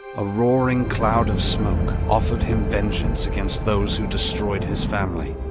a roaring cloud of smoke offered him vengeance against those who destroyed his family.